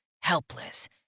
helpless